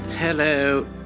Hello